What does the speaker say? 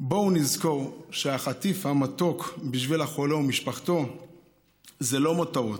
בוא נזכור שהחטיף המתוק בשביל החולה ומשפחתו זה לא מותרות,